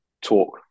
talk